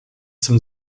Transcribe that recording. zum